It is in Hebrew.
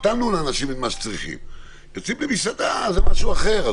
נתנו לאנשים את מה שצריך אבל מסעדה, זה משהו אחר.